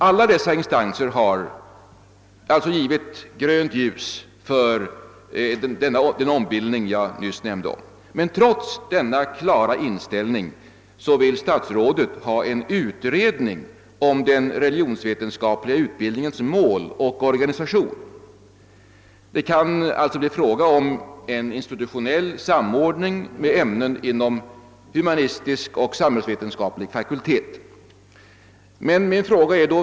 Alla dessa instanser har alltså signalerat grönt ljus för den ombildning som jag nyss nämnde. Men trots denna klara inställning från dem vill statsrådet ha en utredning om den religionsvetenskapliga utbildningens mål och organisation. Det kan alltså bli fråga om en institutionell samordning med ämnen inom den humanistiska och den samhällsvetenskapliga fakulteten.